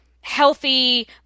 healthy